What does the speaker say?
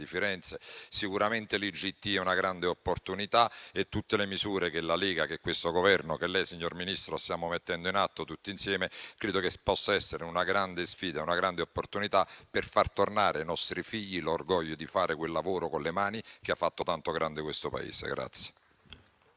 Firenze. Sicuramente l'IGT è una grande opportunità e tutte le misure che la Lega, questo Governo e lei, signor Ministro, stiamo mettendo in atto tutti insieme credo possa essere un'importante sfida, una grande opportunità per far tornare ai nostri figli l'orgoglio di fare quel lavoro con le mani che ha fatto tanto grande questo Paese.